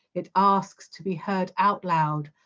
it asks to be heard out loud,